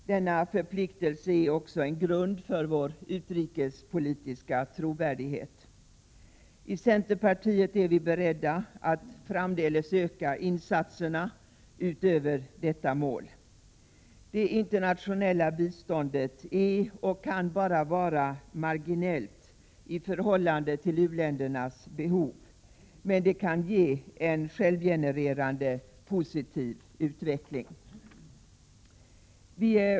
Denna förpliktelse är också en grund för vår utrikespolitiska trovärdighet. I centerpartiet är vi beredda att framdeles öka insatserna utöver det nuvarande målet. Det internationella biståndet är och kan bara vara marginellt i förhållande till u-ländernas behov, men det kan ge en självgenererande positiv utveckling.